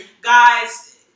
guys